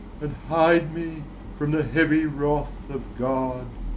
and hide me from the heavy wrath of god!